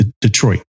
Detroit